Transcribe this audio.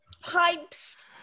Pipes